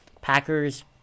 Packers